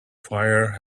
fire